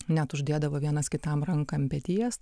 net uždėdavo vienas kitam ranką ant peties